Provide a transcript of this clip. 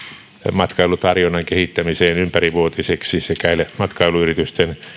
matkailutarjonnan kehittämiseen ympärivuotiseksi sekä matkailuyritysten